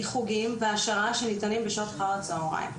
מחוגים והעשרה שניתנים בשעות אחר הצהריים.